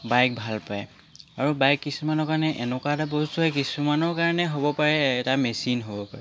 bike ভাল পায় আৰু বাইক কিছুমানৰ কাৰণে এনেকুৱা এটা বস্তু হয় কিছুমানৰ কাৰণে হ'ব পাৰে এটা মেচিন হ'ব পাৰে